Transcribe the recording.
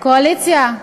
קואליציה,